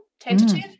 tentative